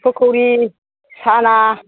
पकरि साना